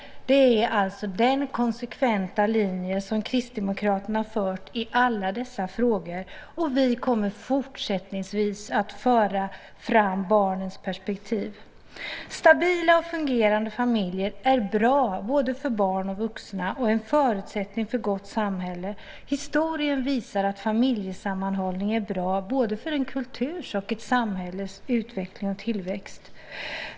Det är den konsekventa linje som Kristdemokraterna fört i alla dessa frågor, och vi kommer fortsättningsvis att föra fram barnets perspektiv. Stabila och fungerande familjer är bra både för barn och för vuxna och en förutsättning för ett gott samhälle. Historien visar att familjesammanhållning är bra både för en kulturs och för ett samhälles utveckling och tillväxt.